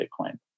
Bitcoin